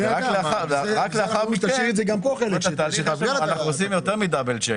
אנחנו עושים יותר מדאבל צ'קינג.